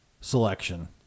selection